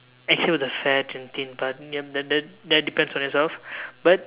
except the fat and thin part ya that that depends on yourself but